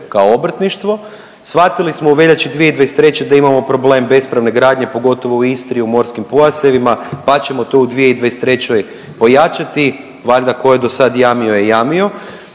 kao obrtništvo. Shvatili smo u veljači 2023. da imamo problem bespravne gradnje, pogotovo u Istri u morskim pojasevima, pa ćemo to u 2023. pojačati, valjda ko je dosad jamio je jamio.